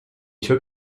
took